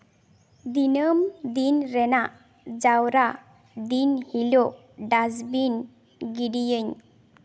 ᱫᱤᱱᱟᱹᱢ ᱫᱤᱱ ᱨᱮᱱᱟᱜ ᱡᱟᱣᱨᱟ ᱫᱤᱱ ᱦᱤᱞᱚᱜ ᱰᱟᱥᱵᱤᱱ ᱜᱤᱰᱤᱭᱟᱹᱧ